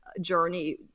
journey